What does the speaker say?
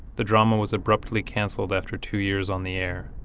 the drama was abruptly canceled after two years on the air.